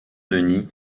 denis